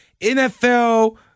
NFL